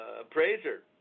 appraiser